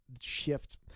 shift